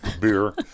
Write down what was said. beer